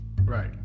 right